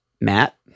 Matt